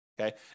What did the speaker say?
okay